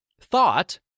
Thought